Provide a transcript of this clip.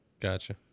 Gotcha